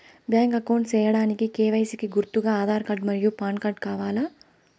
Bank account సేయడానికి KYC కి గుర్తుగా ఆధార్ కార్డ్ మరియు పాన్ కార్డ్ కావాలా?